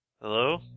Hello